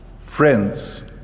friends